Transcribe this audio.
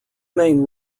main